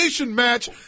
Match